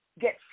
get